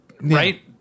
right